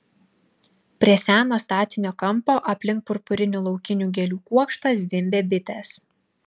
prie seno statinio kampo aplink purpurinių laukinių gėlių kuokštą zvimbė bitės